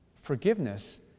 Forgiveness